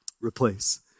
replace